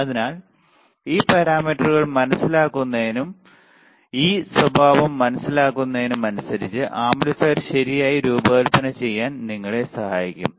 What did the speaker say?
അതിനാൽ ഈ പാരാമീറ്ററുകൾ മനസിലാക്കുന്നതും ഈ സ്വഭാവം മനസ്സിലാക്കുന്നതും അനുസരിച്ച് ആംപ്ലിഫയർ ശരിയായി രൂപകൽപ്പന ചെയ്യാൻ നിങ്ങളെ സഹായിക്കും